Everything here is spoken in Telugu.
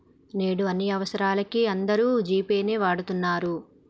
నేడు అన్ని అవసరాలకీ అందరూ జీ పే నే వాడతన్నరు